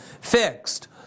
fixed